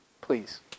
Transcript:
Please